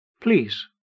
please